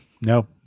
no